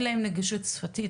אין להם נגישות שפתית,